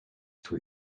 too